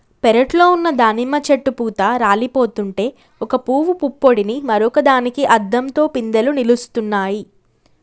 పెరట్లో ఉన్న దానిమ్మ చెట్టు పూత రాలిపోతుంటే ఒక పూవు పుప్పొడిని మరొక దానికి అద్దంతో పిందెలు నిలుస్తున్నాయి